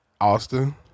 Austin